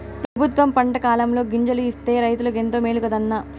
పెబుత్వం పంటకాలంలో గింజలు ఇస్తే రైతులకు ఎంతో మేలు కదా అన్న